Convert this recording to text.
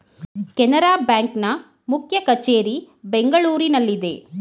Canara bank ನ ಮುಖ್ಯ ಕಚೇರಿ ಬೆಂಗಳೂರಿನಲ್ಲಿದೆ